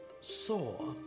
saw